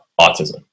autism